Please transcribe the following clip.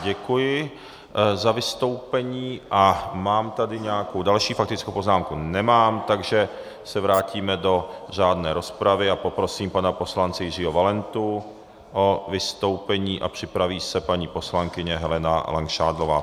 Děkuji za vystoupení a mám tady další faktickou poznámku nemám, takže se vrátíme do řádné rozpravy a poprosím pana poslance Jiřího Valentu o vystoupení a připraví se paní poslankyně Helena Langšádlová.